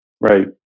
right